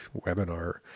webinar